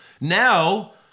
now